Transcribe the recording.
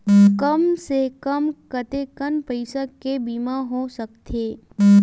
कम से कम कतेकन पईसा के बीमा हो सकथे?